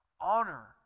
Honor